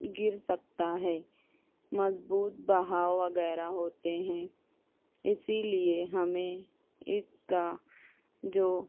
گر سکتا ہے مضبوط بہاؤ وغیرہ ہوتے ہیں اسی لیے ہمیں اس کا جو